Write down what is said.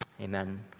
amen